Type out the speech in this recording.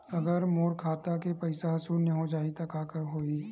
अगर मोर खाता के पईसा ह शून्य हो जाही त का होही?